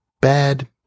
bad